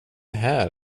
här